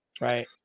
right